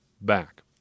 back